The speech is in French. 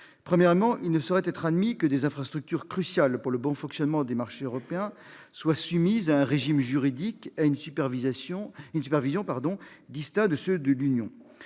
Premièrement, il ne saurait être admis que des infrastructures cruciales pour le bon fonctionnement des marchés européens soient soumises à un régime juridique et à une supervision distincts de ceux de l'Union.